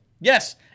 Yes